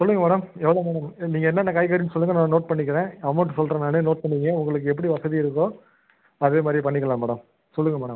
சொல்லுங்கள் மேடம் எவ்வளோ மேடம் நீங்கள் என்னென்ன காய்கறின்னு சொல்லுங்கள் நான் நோட் பண்ணிக்கிறேன் அமௌன்ட் சொல்றன் நான் நோட் பண்ணிக்கோங்க உங்களுக்கு எப்படி வசதி இருக்கோ அதே மாதிரியே பண்ணிக்கிலாம் மேடம் சொல்லுங்கள் மேடம்